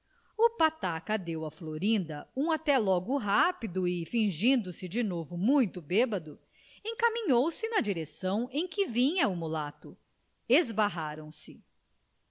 o pataca deu à florinda um até logo rápido e fingindo-se de novo muito bêbedo encaminhou-se na direção em que vinha o mulato esbarraram se oh